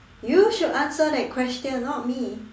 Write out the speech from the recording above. you should answer that question not me